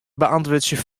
beäntwurdzje